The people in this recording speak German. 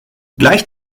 gleich